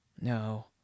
No